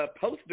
post